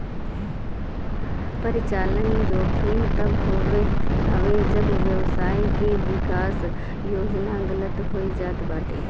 परिचलन जोखिम तब होत हवे जब व्यवसाय के विकास योजना गलत हो जात बाटे